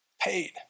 Paid